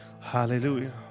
Hallelujah